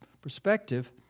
perspective